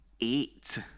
eight